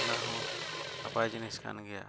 ᱚᱱᱟᱦᱚᱸ ᱱᱟᱯᱟᱭ ᱡᱤᱱᱤᱥ ᱠᱟᱱ ᱜᱮᱭᱟ